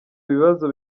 bibazo